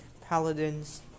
paladins